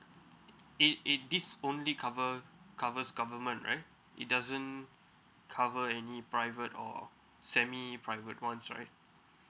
it it this only cover covers government right it doesn't cover any private or semi private ones right